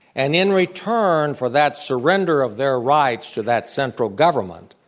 and in return for that surrender of their rights to that central government,